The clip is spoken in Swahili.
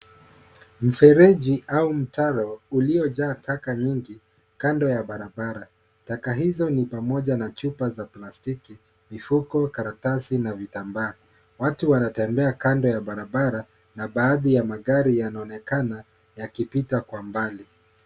Mfereji au mtaro uliojaa taka nyingi kando ya barabrara. Taka hizo ni pamoja na chupa za plastiki, mifuko, karatasi na vitamba. Watu wanatembea kando ya barabara na baadhi ya magari yanaonekana yakipita kwa mbali.